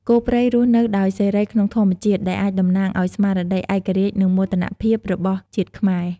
គោព្រៃរស់នៅដោយសេរីក្នុងធម្មជាតិ ដែលអាចតំណាងឲ្យស្មារតីឯករាជ្យ និងមោទនភាពរបស់ជាតិខ្មែរ។